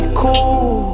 cool